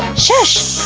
shush!